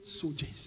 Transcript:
soldiers